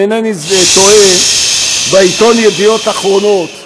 אם אינני טועה בעיתון ידיעות אחרונות,